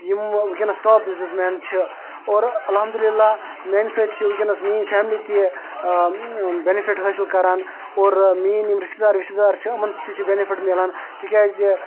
یِم وٕنکٮ۪س top businessman چھِ اور الحمداللہ میٛانہِ سۭتۍ چھِ وٕنکٮ۪س میٛٲنۍ فیملی تہِ بٮ۪نِفِٹ حٲصِل کَران اور میٛٲنۍ یِم رِشتہٕ دار وِشتہٕ دار چھِ یِمَن تہِ چھِ بٮ۪نِفِٹ مِلان تِکیازِ